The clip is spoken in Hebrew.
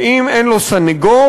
ואם אין לו סנגור,